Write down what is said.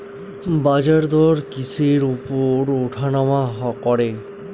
বাজারদর কিসের উপর উঠানামা করে?